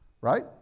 right